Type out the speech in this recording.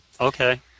Okay